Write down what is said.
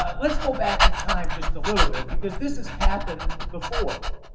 let's go back in time just a little bit, because this has happened before.